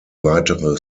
weitere